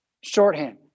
Shorthand